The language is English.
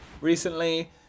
recently